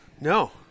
No